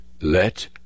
Let